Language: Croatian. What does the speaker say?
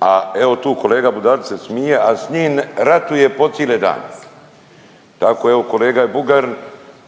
ne razumije./ se smije, a s njim ratuje po cile dane. Tako evo kolega i Bugarin